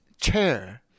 Chair